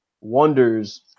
wonders